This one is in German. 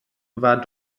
war